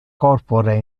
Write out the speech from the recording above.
corpore